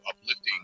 uplifting